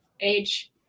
age